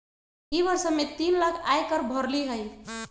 ई वर्ष हम्मे तीन लाख आय कर भरली हई